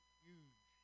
huge